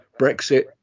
brexit